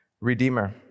Redeemer